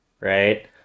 right